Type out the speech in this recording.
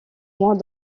moins